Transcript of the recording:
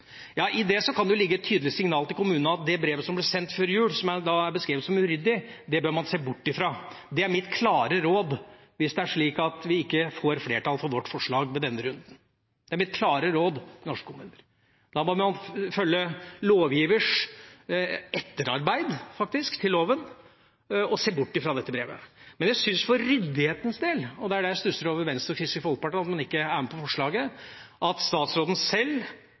I det kan det ligge et tydelig signal til kommunene om at det brevet som ble sendt før jul, og som er beskrevet som uryddig, bør man se bort fra. Det er mitt klare råd hvis det er slik at vi ikke får flertall for vårt forslag i denne runden. Det er mitt klare råd til norske kommuner. Da må man følge lovgivers etterarbeid til loven, faktisk, og se bort fra dette brevet. Men jeg syns for ryddighetens del – og det er her jeg stusser over Venstre og Kristelig Folkeparti som ikke er med på forslaget – at statsråden